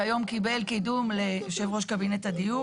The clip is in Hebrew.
שהיום קיבל קידום ליושב ראש קבינט הדיור,